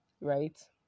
right